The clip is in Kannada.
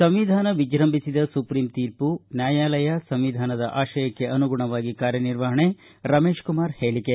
ಸಂವಿಧಾನ ವಿಜೃಂಭಿಸಿದ ಸುಪ್ರಿಂ ತೀರ್ಮ ನ್ತಾಯಾಲಯ ಮತ್ತು ಸಂವಿಧಾನ ಆಶಯಕ್ಕೆ ಅನುಗುಣವಾಗಿ ಕಾರ್ಯ ನಿರ್ವಹಣೆ ರಮೇಶಕುಮಾರ ಹೇಳಿಕೆ